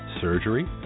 surgery